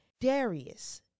darius